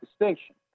distinction